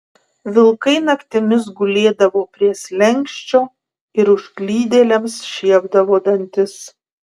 vilkai naktimis gulėdavo prie slenksčio ir užklydėliams šiepdavo dantis